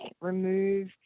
Remove